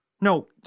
No